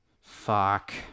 Fuck